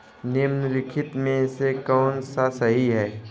निम्नलिखित में से कौन सा सही है?